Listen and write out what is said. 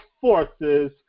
forces